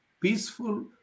peaceful